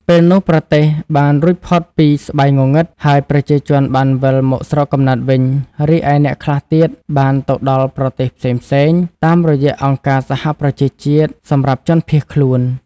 ពេលនោះប្រទេសបានរួចផុតពីស្បៃងងឹត ហើយប្រជាជនបានវិលមកស្រុកកំណើតវិញ រីឯអ្នកខ្លះទៀតបានទៅដល់ប្រទេសផ្សេងៗ តាមរយះអង្គការសហប្រជាជាតិសម្រាប់ជនភៀសខ្លួន។